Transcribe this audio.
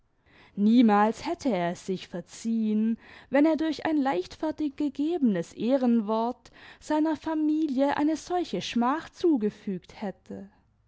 niemals hätte er es sich verziehen wenn er durch ein leichtfertig gegebenes ehrenwort seiner familie eine solche schmach zugefügt'hätte